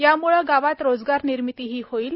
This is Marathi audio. याम्ळं गावात रोजगार निर्मितीही होईल